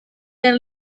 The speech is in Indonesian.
dan